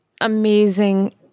amazing